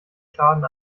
schaden